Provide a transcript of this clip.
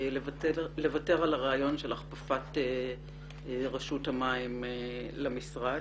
לוותר על הרעיון של הכפפת רשות המים למשרד.